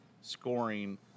scoring